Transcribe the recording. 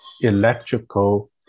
electrical